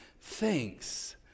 thanks